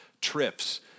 Trips